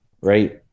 right